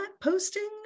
posting